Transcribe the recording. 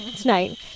tonight